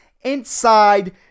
inside